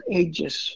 ages